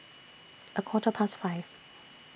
A Quarter Past five